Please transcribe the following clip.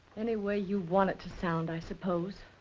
any way you want it to sound, i suppose.